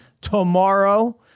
tomorrow